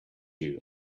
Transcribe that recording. you